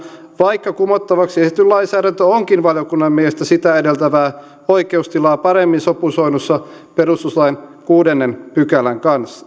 vaikka kumottavaksi esitetty lainsäädäntö onkin valiokunnan mielestä sitä edeltävää oikeustilaa paremmin sopusoinnussa perustuslain kuudennen pykälän kanssa